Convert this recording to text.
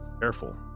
Careful